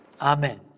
Amen